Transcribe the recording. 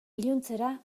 iluntzera